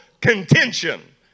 contention